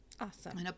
Awesome